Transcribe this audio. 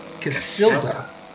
Casilda